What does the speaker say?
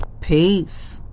peace